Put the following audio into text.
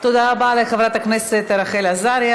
תודה רבה לחברת הכנסת רחל עזריה.